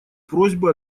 просьбы